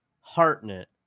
Hartnett